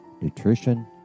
nutrition